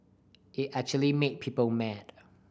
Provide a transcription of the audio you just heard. it actually made people mad